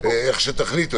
איך שתחליטו.